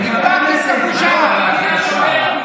חבר הכנסת משה אבוטבול.